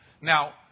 Now